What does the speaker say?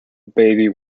baby